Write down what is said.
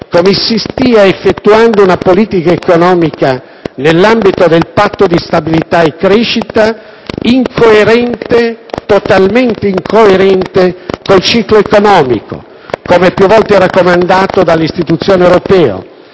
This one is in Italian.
come si stia attuando una politica economica, nell'ambito del Patto di stabilità e crescita, totalmente incoerente con il ciclo economico. Come più volte raccomandato dalle istituzioni europee,